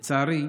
לצערי,